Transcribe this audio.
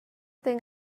think